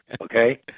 okay